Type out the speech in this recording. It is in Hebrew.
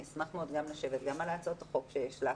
אני אשמח מאוד גם לשבת על הצעת החוק שיש לך